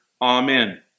Amen